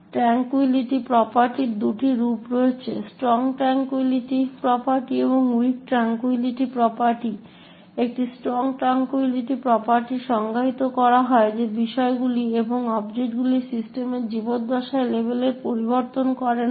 tranquility প্রপার্টির দুটি রূপ রয়েছে স্ট্রং ট্র্যাঙ্কুইলিটি প্রপার্টি এবং উইক ট্র্যাঙ্কুইলিটি প্রপার্টি একটি স্ট্রং ট্র্যাঙ্কুইলিটি প্রপার্টি সংজ্ঞায়িত করা হয় যে বিষয়গুলি এবং অবজেক্টগুলি সিস্টেমের জীবদ্দশায় লেবেল পরিবর্তন করে না